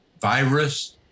virus